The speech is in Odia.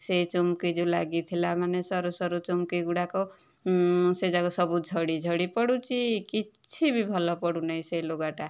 ସେ ଚୁମକି ଯେଉଁ ଲାଗିଥିଲା ମାନେ ସରୁ ସରୁ ଚୁମକି ଗୁଡ଼ାକ ସେଯାକ ସବୁ ଝଡ଼ି ଝଡ଼ି ପଡ଼ୁଛି କିଛି ବି ଭଲ ପଡ଼ୁନାହିଁ ସେ ଲୁଗାଟା